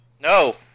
No